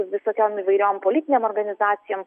visokiom įvairiom politinėm organizacijom